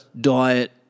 diet